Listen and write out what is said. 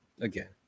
again